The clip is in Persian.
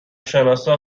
شناسا